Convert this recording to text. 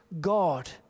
God